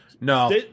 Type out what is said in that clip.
No